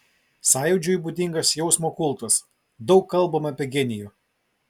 sąjūdžiui būdingas jausmo kultas daug kalbama apie genijų